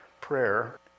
prayer